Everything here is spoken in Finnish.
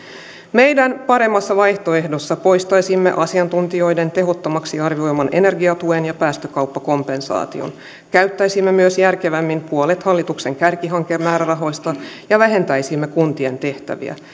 meidän paremmassa vaihtoehdossamme poistaisimme asiantuntijoiden tehottomaksi arvioiman energiatuen ja päästökauppakompensaation käyttäisimme myös järkevämmin puolet hallituksen kärkihankemäärärahoista ja vähentäisimme kuntien tehtäviä